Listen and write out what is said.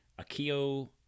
Akio